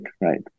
right